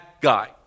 guy